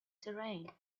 terrain